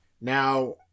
Now